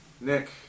Nick